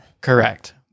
Correct